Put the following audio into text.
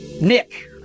Nick